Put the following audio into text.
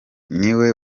niwe